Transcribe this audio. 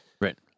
Right